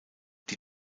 die